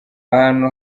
hantu